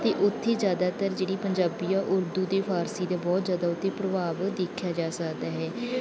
ਅਤੇ ਉੱਥੇ ਜ਼ਿਆਦਾਤਰ ਜਿਹੜੀ ਪੰਜਾਬੀ ਆ ਉਰਦੂ ਅਤੇ ਫਾਰਸੀ ਦਾ ਬਹੁਤ ਜ਼ਿਆਦਾ ਉਹ 'ਤੇ ਪ੍ਰਭਾਵ ਦੇਖਿਆ ਜਾ ਸਕਦਾ ਹੈ